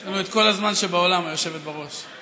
יש לנו את כל הזמן שבעולם, היושבת בראש.